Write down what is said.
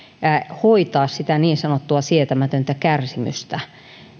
hoitaa tätä niin sanottua sietämätöntä kärsimystä